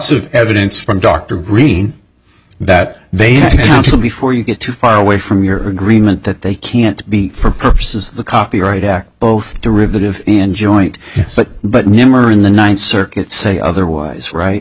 of evidence from dr green that they asked before you get too far away from your agreement that they can't be for purposes of the copyright act both derivative and joint but but neumar in the ninth circuit say otherwise right